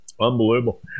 Unbelievable